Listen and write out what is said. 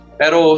pero